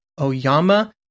Oyama